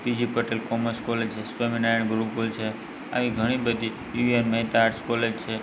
પી G Patel commerce college છે સ્વામિનારાયણ ગુરુકુલ છે આવી ઘણી બધી U N Mehta arts college છે